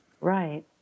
Right